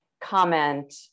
comment